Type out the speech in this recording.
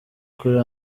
kuri